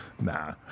nah